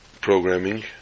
programming